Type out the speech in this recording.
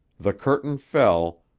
the curtain fell,